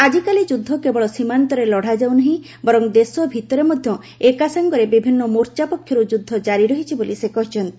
ଆଜିକାଲି ଯୁଦ୍ଧ କେବଳ ସୀମାନ୍ତରେ ଲଢାଯାଉନାହିଁ ବରଂ ଦେଶ ଭିତରେ ମଧ୍ୟ ଏକାସାଙ୍ଗରେ ବିଭିନ୍ନ ମୋର୍ଚ୍ଚା ପକ୍ଷରୁ ଯୁଦ୍ଧ ଜାରି ରହିଛି ବୋଲି ସେ କହିଚ୍ଛନ୍ତି